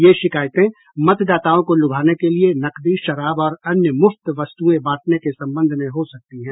ये शिकायतें मतदाताओं को लुभाने के लिए नकदी शराब और अन्य मुफ्त वस्तुएं बांटने के संबंध में हो सकती हैं